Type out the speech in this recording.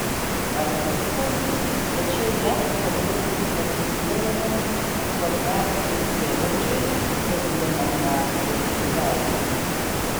paradoksalu tačiau jav labiau simpatizuojama autokratui lebedžiui negu demokratui čiubaisui